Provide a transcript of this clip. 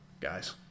Guys